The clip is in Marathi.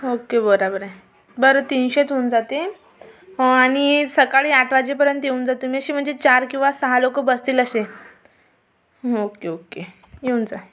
ओके बरोबर आहे बरं तीनशेच होऊन जातील आणि सकाळी आठ वाजेपर्यंत येऊन जा तुम्ही अशी म्हणजे चार किंवा सहा लोक बसतील अशे ओके ओके येऊन जा